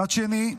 מצד שני,